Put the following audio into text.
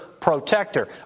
protector